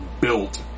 built